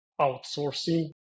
outsourcing